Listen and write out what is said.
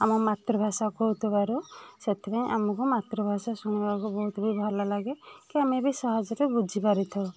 ଆମ ମାତୃଭାଷା କହୁଥିବାରୁ ସେଥିପାଇଁ ଆମକୁ ମାତୃଭାଷା ଶୁଣିବାକୁ ବହୁତ ବି ଭଲ ଲାଗେ କି ଆମେ ସହଜରେ ବୁଝି ପାରିଥାଉ